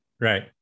Right